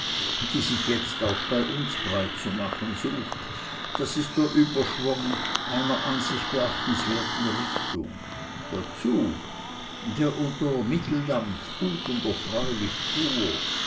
die sich jetzt auch bei uns breitzumachen sucht das ist der überschwang einer an sich beachtenswerten richtung der zug der unter mitteldampf gut und erfreulich fuhr